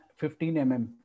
15mm